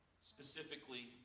specifically